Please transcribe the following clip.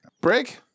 break